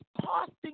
costing